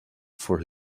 for